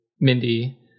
Mindy